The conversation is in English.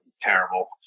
terrible